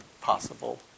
possible